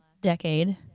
decade